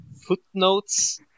footnotes